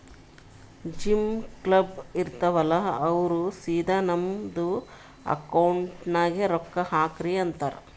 gym, club, ಇರ್ತಾವ್ ಅಲ್ಲಾ ಅವ್ರ ಸಿದಾ ನಮ್ದು ಅಕೌಂಟ್ ನಾಗೆ ರೊಕ್ಕಾ ಹಾಕ್ರಿ ಅಂತಾರ್